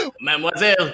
Mademoiselle